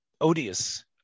odious